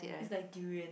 it's like durian